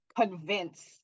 convince